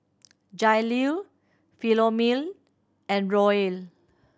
Jailene Philomene and Roel